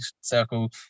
circle